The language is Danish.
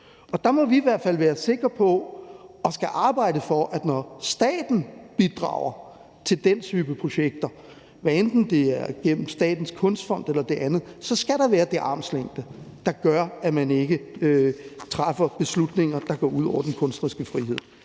og det skal vi arbejde for, at når staten bidrager til den type projekter, hvad enten det er gennem Statens Kunstfond eller andet, så skal der være den armslængde, der gør, at man ikke træffer beslutninger, der går ud over den kunstneriske frihed.